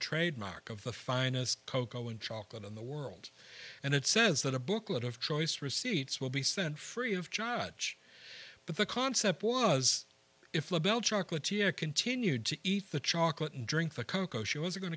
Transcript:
trademark of the finest cocoa and chocolate in the world and it says that a booklet of choice receipts will be sent free of jocz but the concept was if labelle chocolatier continued to eat the chocolate and drink the cocoa she was going